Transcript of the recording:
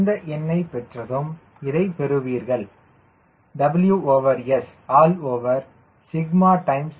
அந்த எண்ணைப் பெற்றதும்இதைப் பெறுவீர்கள் WSCLTO TW